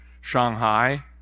Shanghai